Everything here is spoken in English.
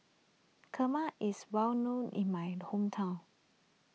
Kheema is well known in my hometown